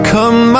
Come